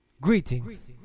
Greetings